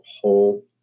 whole